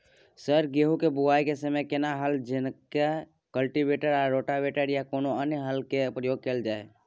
Sir गेहूं के बुआई के समय केना हल जेनाकी कल्टिवेटर आ रोटावेटर या कोनो अन्य हल के प्रयोग कैल जाए?